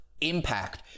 impact